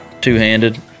Two-handed